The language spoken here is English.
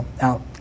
out